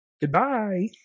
Goodbye